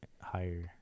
higher